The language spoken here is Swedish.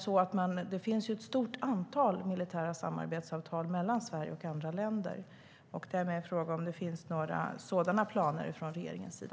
Det finns ju ett stort antal militära samarbetsavtal mellan Sverige och andra länder. Finns det några sådana planer från regeringens sida?